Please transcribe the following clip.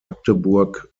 magdeburg